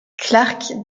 clarke